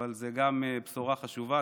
אבל זו גם בשורה חשובה.